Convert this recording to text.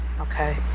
Okay